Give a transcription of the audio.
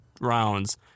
rounds